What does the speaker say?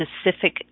specific